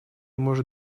может